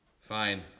Fine